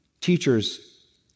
teachers